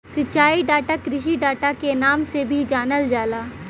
सिंचाई डाटा कृषि डाटा के नाम से भी जानल जाला